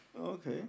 okay